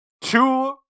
two